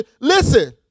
Listen